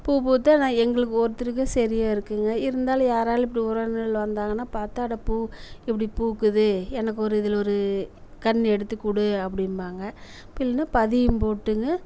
பூ பூத்து நான் எங்களுக்கு ஒருத்தருக்கே சரியா இருக்குங்க இருந்தாலும் யாராலும் இப்படி உறவினர்கள் வந்தாங்கன்னால் பார்த்தா அப்டேயே பூ இப்படி பூக்குது எனக்கு ஒரு இதில் ஒரு கன்று எடுத்துக்கொடு அப்படிம்பாங்க இல்னைனா பதியம் போட்டுங்க